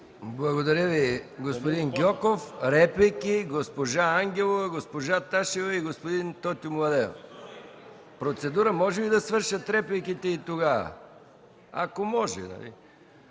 Благодаря Ви, господин Гьоков. Реплики? – Госпожа Ангелова, госпожа Ташева и господин Тотю Младенов. Има процедура, но може ли да свършат репликите, и тогава? Ако може,